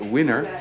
Winner